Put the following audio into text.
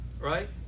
right